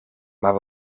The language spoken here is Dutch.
maar